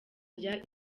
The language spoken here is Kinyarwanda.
rya